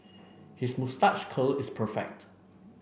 his moustache curl is perfect